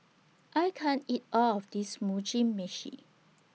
I can't eat All of This Mugi Meshi